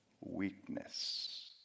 weakness